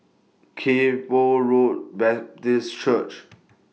Kay Poh Road Baptist Church